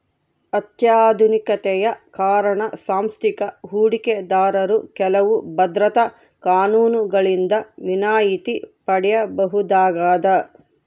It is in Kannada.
ಅತ್ಯಾಧುನಿಕತೆಯ ಕಾರಣ ಸಾಂಸ್ಥಿಕ ಹೂಡಿಕೆದಾರರು ಕೆಲವು ಭದ್ರತಾ ಕಾನೂನುಗಳಿಂದ ವಿನಾಯಿತಿ ಪಡೆಯಬಹುದಾಗದ